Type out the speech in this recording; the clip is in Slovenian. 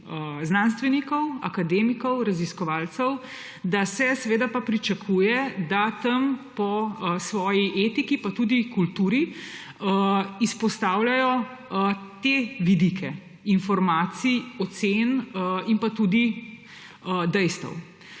znanstvenikov, akademikov, raziskovalcev, da se seveda pa pričakuje, da tam po svoji etiki pa tudi kulturi izpostavljajo te vidike informacij, ocen in tudi dejstev,